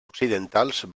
occidentals